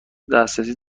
دسترسی